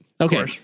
Okay